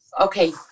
Okay